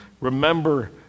remember